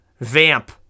Vamp